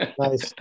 Nice